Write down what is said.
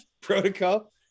protocol